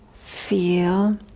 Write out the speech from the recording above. feel